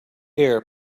air